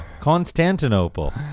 Constantinople